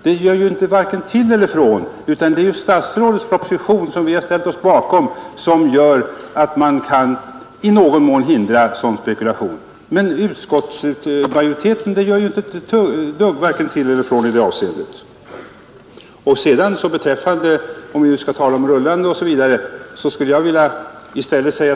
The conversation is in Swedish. Utskottets uttalande gör varken till eller från; det är statsrådets proposition, som vi reservanter har ställt oss bakom, som gör att vi i någon mån kan förhindra sådan spekulation. Om vi nu skall tala om rullande planer vill jag